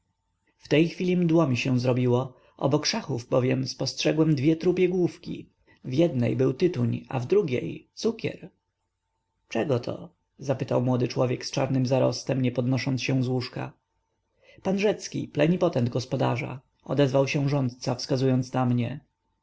w tej chwili mdło mi się zrobiło obok szachów bowiem spostrzegłem dwie trupie główki w jednej był tytuń a w drugiej cukier czegoto zapytał młody człowiek z czarnym zarostem nie podnosząc się z łóżka pan rzecki plenipotent gospodarza odezwał się rządca wskazując na mnie